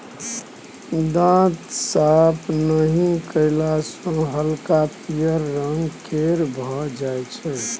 दांत साफ नहि कएला सँ हल्का पीयर रंग केर भए जाइ छै